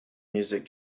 music